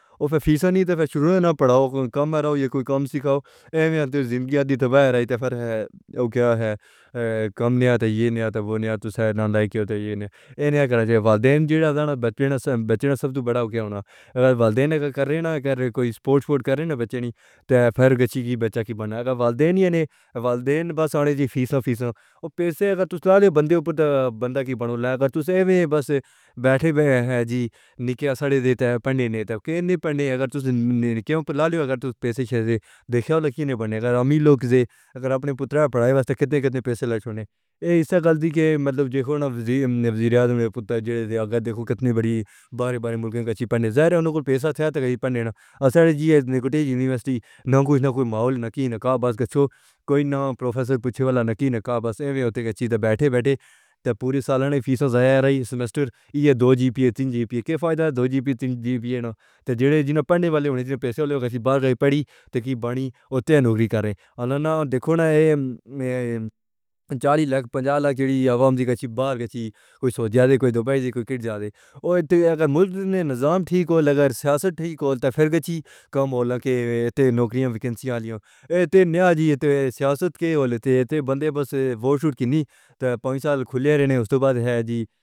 اوپھر فیس نہیں اے پھر شروع نہ پڑھاؤ کم رہا ہو یا کوئی کام سیکھاؤ ایویں تیری زندگیاں دی تباہ رہی اے پھر ہے او کیا ہے ہے کم نیا ہے تیں یے نیا تیں وہ نیا تو سارے نال لائیک ہیں تیں یے نیا کرنا چاہیے والدین جیڑا دا نا بچے نا سب بچنے سب تو بڑا ہو گیا ہونا اگر والدین اگر کریں نا گھر کوئی سپورٹ سپورٹ کریں نا بچے نہیں تیں پھر کچی کی بچی کی بنانا ہے والدین یہ نہیں ہیں والدین بس آنے جی فیسوں فیسوں او پیسوں اگر تو سلا لیو بندے اوپر تا بندہ کی بنو لایا اگر توس ایویں بس بیٹھے ہوئے ہیں جی نیکیاں سڑے دی تیں پڑھنے نہیں تے کے نہیں پڑھنے اگر توس نیکیوں پر لا لیو اگر توس پیسوں کی اجازت دیکھیا لکھی نہیں بنتی اگر امیروں کیزیں اگر اپنے پتراں اے پڑھائے واسٹ کتنے کتنے پیسے لگتے ہونے ہیں ایسی غلطی کیہ مطلب جی کو نا وزیر وزیراعظم نے پتا جھیل دیا گر دیکھو کتنے بڑے بارے بارے ملکین کچی پڑھنے ہیں ظاہر ہے انکو پیسا تھیں تیں کچی پڑھنے نہ ہوسکتے یونیورسٹی نا کچھ نا کوئی ماحول نا کی نا کا بس کچھ کوئی نا پروفیسر پوچھے والا نا کی نا کا بس ایویں ہوتی ہے کچی تے بیٹھے بیٹھے تے پورے سالنے فیسوں ضائع رہی سمسٹر یے دو جی پی اے تین جی پی اے کے فائدہ ہے دو جی پی تین جی پی اے نا تے جیڑے جنوں پڑھنے والے ہونے جیڑے پیسوں والے کو کسی بارے پڑھی تیں کی بنی اوتیان نوکری کریں اللہ نا دیکھونا ہے میں چالیس لاکھ پنچاس لاکھ جیڑی عوام نے کچی باہر کچی کوئی سویت جات ہیں کوئی دبائوں کی جو کٹ جاتی ہے او ایتیا اگر ملک نے نظام ٹھیک ہو لگا اگر سیاست ٹھیک ہو لتا پھر کچی کم ہولاں کہ نوکریاں وکیسیاں آلیوں ایتیں نیا جی سیاست کے ہولے تے بندے بس ووٹ شوٹ کرنی تے پونچھ سال کھلے رہنے اس تو بعد ہے جی